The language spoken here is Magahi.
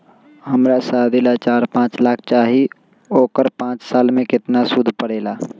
हमरा शादी ला चार लाख चाहि उकर पाँच साल मे सूद कितना परेला?